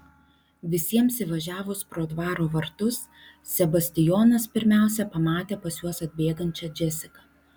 visiems įvažiavus pro dvaro vartus sebastijonas pirmiausia pamatė pas juos atbėgančią džesiką